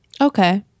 Okay